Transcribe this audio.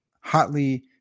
Hotly